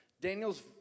Daniel's